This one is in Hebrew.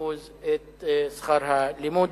ב-50% את שכר הלימוד.